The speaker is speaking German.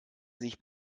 sich